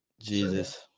Jesus